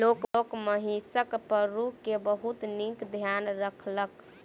लोक महिषक पड़रू के बहुत नीक ध्यान रखलक